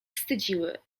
wstydziły